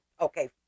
Okay